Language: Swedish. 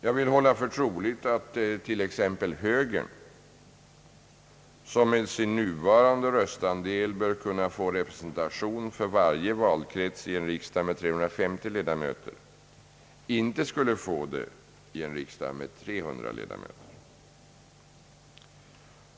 Jag vill hålla för troligt att t.ex. högern, som med sin nuvarande röstandel bör kunna få representation för varje valkrets i en riksdag med 350 ledamöter, inte skulle få det i en riksdag med 300 ledamöter.